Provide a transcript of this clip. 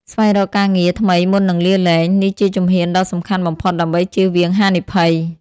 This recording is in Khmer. ស្វែងរកការងារថ្មីមុននឹងលាលែង នេះជាជំហានដ៏សំខាន់បំផុតដើម្បីជៀសវាងហានិភ័យ។